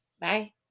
Bye